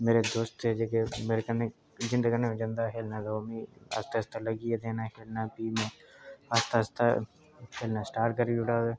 मेरे दोस्त हे जेह्के ता मेरे कन्नै जिंदे कन्नै अं'ऊ जंदा हा खेढने गी आस्तै आस्तै लग्गे देना मिगी खेढना आस्तै आस्तै खेलना स्टार्ट करी ओड़ेआ ते